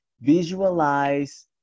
visualize